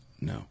No